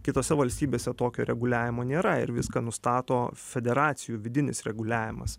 kitose valstybėse tokio reguliavimo nėra ir viską nustato federacijų vidinis reguliavimas